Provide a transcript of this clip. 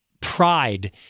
pride